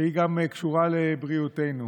שהיא קשורה גם לבריאותנו.